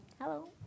Hello